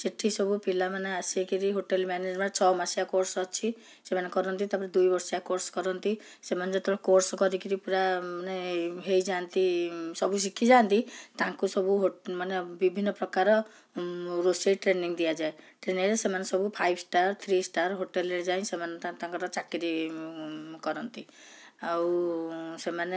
ସେଠି ସବୁ ପିଲାମାନେ ଆସିକିରି ହୋଟେଲ୍ ମ୍ୟାନେଜମେଣ୍ଟ ଛଅ ମାସିଆ କୋର୍ସ ଅଛି ସେମାନେ କରନ୍ତି ତା'ପରେ ଦୁଇବର୍ଷିଆ କୋର୍ସ କରନ୍ତି ସେମାନେ ଯେତବେଳେ କୋର୍ସ କରିକି ପୁରା ମାନେ ହେଇଯାଆନ୍ତି ସବୁ ଶିଖିଯାଆନ୍ତି ତାଙ୍କୁ ସବୁ ମାନେ ବିଭିନ୍ନ ପ୍ରକାର ରୋଷେଇ ଟ୍ରେନିଂ ଦିଆଯାଏ ଟ୍ରେନିଂରେ ସେମାନେ ସବୁ ଫାଇଭ୍ ଷ୍ଟାର୍ ଥ୍ରୀ ଷ୍ଟାର୍ ହୋଟେଲରେ ଯାଇ ସେମାନେ ତାଙ୍କ ତାଙ୍କର ଚାକିରି କରନ୍ତି ଆଉ ସେମାନେ